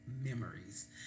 memories